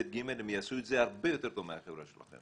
ב' ו-ג' הם יעשו את זה הרבה יותר טוב מהחברה שלכם.